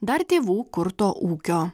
dar tėvų kurto ūkio